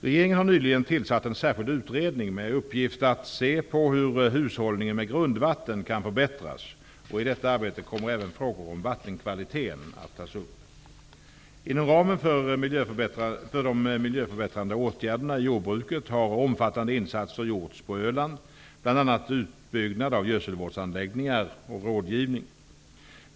Regeringen har nyligen tillsatt en särskild utredning med uppgift att se på hur hushållningen med grundvatten kan förbättras, och i detta arbete kommer även frågor om vattenkvaliteten att tas upp. Inom ramen för de miljöförbättrande åtgärderna i jordbruket har omfattande insatser gjorts på Öland, bl.a. utbyggnad av gödselvårdsanläggningar och rådgivning.